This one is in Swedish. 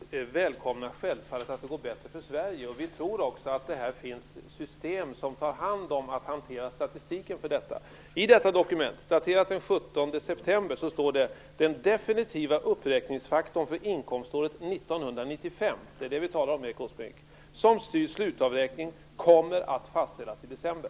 Fru talman! Vi välkomnar självfallet att det går bättre för Sverige. Vi tror också att det finns system som hanterar statistiken för detta. I det dokument som jag har här, daterat den 17 september, står det: Den definitiva uppräkningsfaktorn för inkomståret 1995 - det är det vi talar om, Erik Åsbrink - som styr slutavräkningen kommer att fastställas i december.